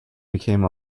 became